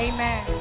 Amen